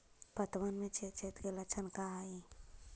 पतबन में छेद छेद के लक्षण का हइ?